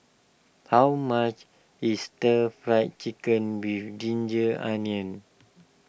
how much is Stir Fry Chicken with Ginger Onions